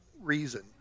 reason